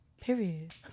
Period